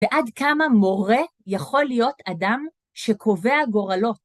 ועד כמה מורה יכול להיות אדם שקובע גורלו.